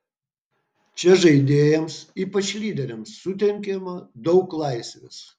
čia žaidėjams ypač lyderiams suteikiama daug laisvės